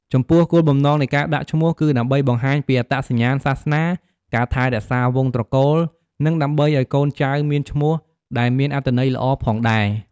ចំពោះគោលបំណងនៃការដាក់ឈ្មោះ គឺដើម្បីបង្ហាញពី អត្តសញ្ញាណសាសនា ការថែរក្សាវង្សត្រកូល និងដើម្បីឲ្យកូនចៅមានឈ្មោះដែលមានអត្ថន័យល្អផងដែរ។